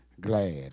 glad